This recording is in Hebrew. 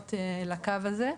מגיעות לקו הזה.